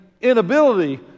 inability